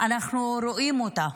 אנחנו רואים אותן.